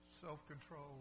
self-control